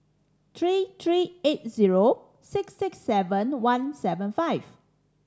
three three eight zero six six seven one seven five